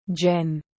Jen